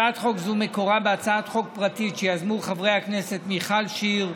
הצעת חוק זו מקורה בהצעת חוק פרטית שיזמו חברי הכנסת מיכל שיר,